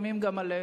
לפעמים גם עלינו.